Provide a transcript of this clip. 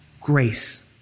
grace